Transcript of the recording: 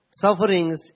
sufferings